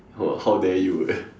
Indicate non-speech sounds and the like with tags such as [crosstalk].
!wah! how dare you eh [breath]